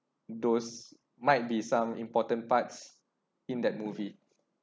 those might be some important parts in that movie